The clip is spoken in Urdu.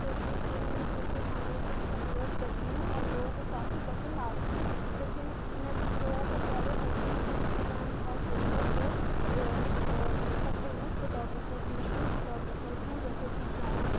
فیس بک جو بھی میں نے سوشل ہینڈلز ہیں اُس پہ اپلوڈ کرتی ہوں اور لوگوں کو کلافی پسند آتے ہیں لیکن میں کچھ لوگوں کو فالو کرتی ہوں اپنے انسٹا گرام اور فیس بک پہ کچھ بہت famous photographers photographers ہیں جیسے کہ جون